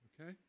Okay